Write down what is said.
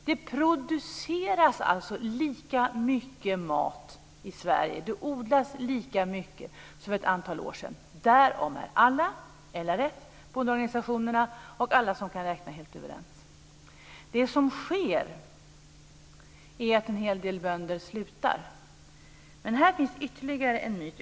Det produceras alltså lika mycket mat i Sverige och odlas lika mycket som för ett antal år sedan. Därom är alla - LRF, bondeorganisationerna och alla andra som kan räkna - helt överens. Det som sker är att en hel del bönder slutar med sin verksamhet. Men här finns ytterligare en myt.